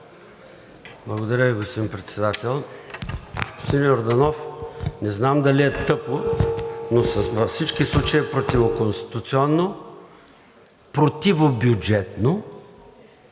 Благодаря Ви, господин Председател. Господин Йорданов, не знам дали е тъпо, но във всички случаи е противоконституционно, противобюджетно,